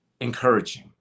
encouraging